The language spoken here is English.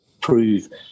prove